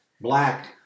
black